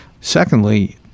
Secondly